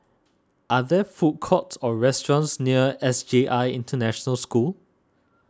are there food courts or restaurants near S J I International School